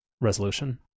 resolution